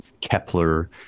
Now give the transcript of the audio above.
Kepler